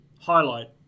highlight